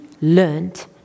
learned